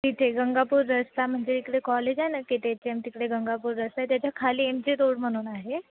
तिथे गंगापूर रस्ता म्हणजे इकडे कॉलेज आहे ना की के टी एच एम तिकडे गंगापूर रस्ता आहे त्याच्या खाली एम जे रोड म्हणून आहे